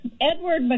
Edward